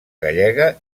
gallega